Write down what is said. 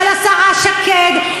של השרה שקד,